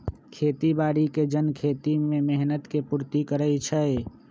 खेती बाड़ी के जन खेती में मेहनत के पूर्ति करइ छइ